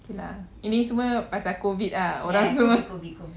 okay lah ini semua pasal COVID lah orang semua